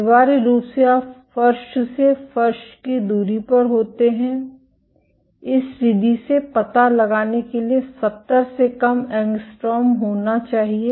अनिवार्य रूप से आप फर्श से फर्श की दूरी पर होते हैं इस विधि से पता लगाने के लिए 70 से कम एंग्स्ट्रॉम होना चाहिए